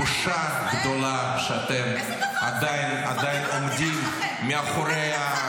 בושה גדולה שאתם עדיין עומדים -- איזה דבר זה?